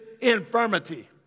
infirmity